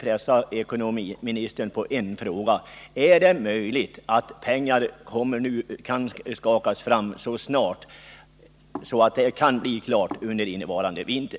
pressa ekonomiministern på ytterligare en fråga: Är det möjligt att pengar kan skakas fram så snart att det kan bli klart under innevarande vinter?